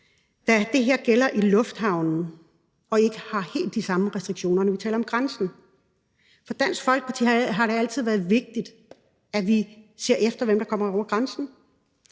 da det her gælder i lufthavnen, mens der ikke er helt de samme restriktioner, når vi taler om grænsen. For Dansk Folkeparti har det altid været vigtigt, at vi ser efter, hvem der kommer over grænsen,